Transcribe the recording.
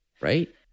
Right